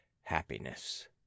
happiness